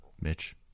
Mitch